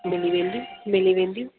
मिली वेंदी मिली वेंदी